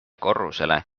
korrusele